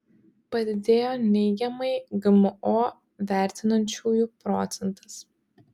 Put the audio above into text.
padidėjo neigiamai gmo vertinančiųjų procentas